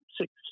six